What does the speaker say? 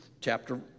chapter